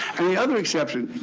and the other exception,